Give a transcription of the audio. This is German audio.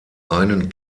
einen